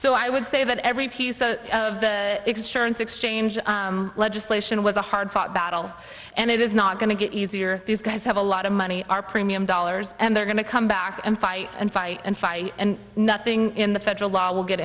so i would say that every piece of it is sure and six change legislation was a hard fought battle and it is not going to get easier these guys have a lot of money are premium dollars and they're going to come back and fight and fight and fight and nothing in the federal law will get